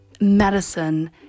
medicine